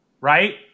right